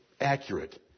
accurate